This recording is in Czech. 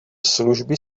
služby